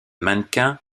mannequin